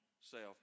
self